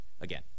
again